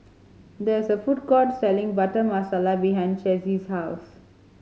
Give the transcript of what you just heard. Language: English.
there is a food court selling Butter Masala behind Chessie's house